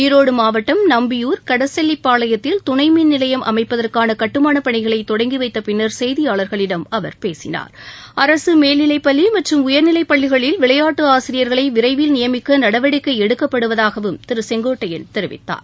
ஈரோடு மாவட்டம் நம்பியூர் கடசெல்லிபாளையத்தில் துணை மின்நிலையம் அமைப்பதற்கான கட்டுமான பணிகளை தொடங்கி வைத்தபின்னர் செய்தியாளர்களிடம் அவர் பேசினார் அரசு மேல்நிலைப்பள்ளி மற்றும் உயர்நிலைப்பள்ளிகளில் விளையாட்டு ஆசிரியர்களை விரைவில் நியமிக்க நடவடிக்கை எடுக்கப்படுவதாகவும் திரு செங்கோட்டையன் தெரிவித்தார்